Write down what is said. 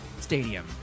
stadium